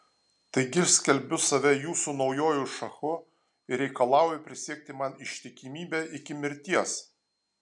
taigi skelbiu save jūsų naujuoju šachu ir reikalauju prisiekti man ištikimybę iki mirties